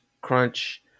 crunch